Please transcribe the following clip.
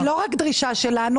זאת לא רק דרישה שלנו,